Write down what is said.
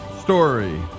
story